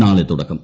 നാളെ തുടക്കം